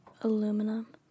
aluminum